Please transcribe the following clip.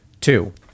two